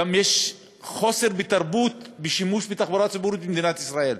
גם אין תרבות של שימוש בתחבורה ציבורית במדינת ישראל.